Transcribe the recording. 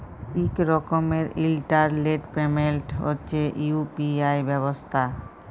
ইক রকমের ইলটারলেট পেমেল্ট হছে ইউ.পি.আই ব্যবস্থা